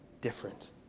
different